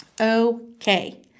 Okay